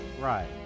right